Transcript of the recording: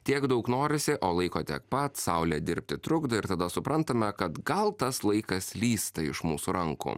tiek daug norisi o laiko tiek pat saulė dirbti trukdo ir tada suprantame kad gal tas laikas slysta iš mūsų rankų